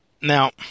now